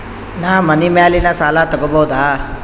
ನಾ ಮನಿ ಮ್ಯಾಲಿನ ಸಾಲ ತಗೋಬಹುದಾ?